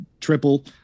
triple